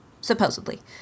supposedly